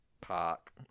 Park